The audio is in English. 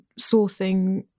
sourcing